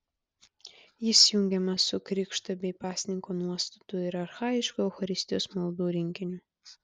jis jungiamas su krikšto bei pasninko nuostatų ir archajiškų eucharistijos maldų rinkiniu